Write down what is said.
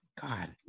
God